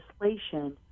legislation